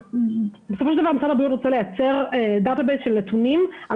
בסופו של דבר משרד הבריאות רוצה לייצר מסד נתונים של